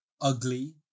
ugly